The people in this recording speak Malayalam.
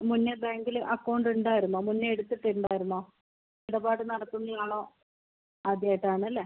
മുന്നേ ബാങ്കിൽ അക്കൗണ്ട് ഉണ്ടായിരുന്നോ മുന്നേ എടുത്തിട്ടുണ്ടായിരുന്നോ ഇടപാട് നടത്തുന്നയാളോ ആദ്യായിട്ടാണല്ലേ